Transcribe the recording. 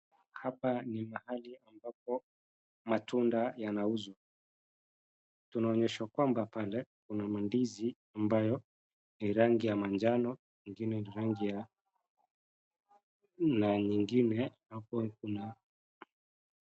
Hapa ni pahali ambapo, matunda yanauzwa. Tunaonyeshwa kwamba pale, kuna mandizi ambayo ni rangi ya manjano, ingine ni rangi ya, na nyingine ambapo kuna...